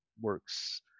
works